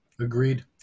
Agreed